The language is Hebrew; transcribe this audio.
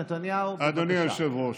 חבר הכנסת עבאס, אם יש לך